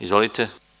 Izvolite.